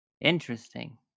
Interesting